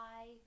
bye